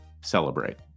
celebrate